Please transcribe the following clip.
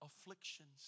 afflictions